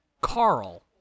Carl